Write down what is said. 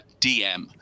DM